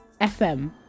FM